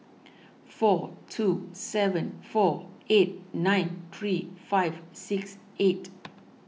four two seven four eight nine three five six eight